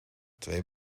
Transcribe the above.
twee